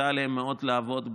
שהקשתה עליהם מאוד לעבוד בתקופה.